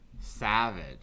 Savage